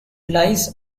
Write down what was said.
lies